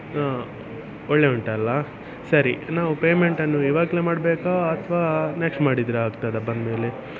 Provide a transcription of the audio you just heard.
ಹ ಒಳ್ಳೆಯ ಉಂಟಲ್ಲ ಸರಿ ನಾವು ಪೇಮೆಂಟನ್ನು ಈವಾಗಲೇ ಮಾಡಬೇಕಾ ಅಥವಾ ನೆಕ್ಸ್ಟ್ ಮಾಡಿದರೆ ಆಗ್ತದಾ ಬಂದಮೇಲೆ